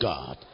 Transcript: God